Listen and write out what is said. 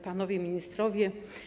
Panowie Ministrowie!